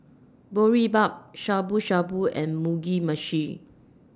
Boribap Shabu Shabu and Mugi Meshi